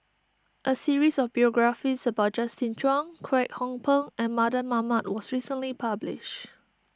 a series of biographies about Justin Zhuang Kwek Hong Png and Mardan Mamat was recently published